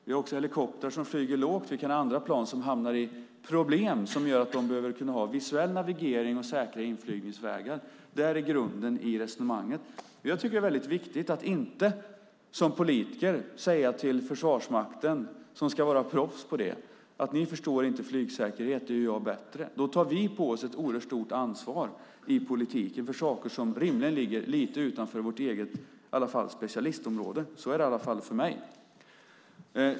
Vi har även helikoptrar som flyger lågt, och vi kan ha andra plan som hamnar i problem som gör att de behöver kunna ha visuell navigering och säkra inflygningsvägar. Det är grunden i resonemanget. Jag tycker att det är väldigt viktigt att inte som politiker säga till Försvarsmakten - som ska vara proffs på detta - att ni förstår inte flygsäkerhet, utan det gör jag bättre. Då tar vi på oss ett oerhört stort ansvar i politiken för saker som rimligen ligger lite utanför vårt eget specialistområde. Så är det i alla fall för mig.